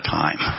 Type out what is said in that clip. time